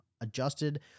adjusted